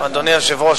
אדוני היושב-ראש,